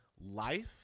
life